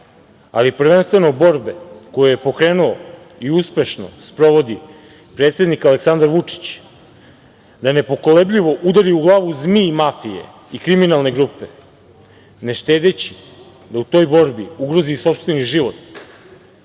ali prvenstveno borbe koju je pokrenuo i uspešno sprovodi predsednik Aleksandar Vučić, da nepokolebljivo udari u glavu zmiji mafije i kriminalne grupe, ne štedeći da u toj borbi ugrozi i sopstveni život,